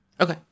Okay